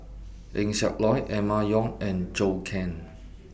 Eng Siak Loy Emma Yong and Zhou Can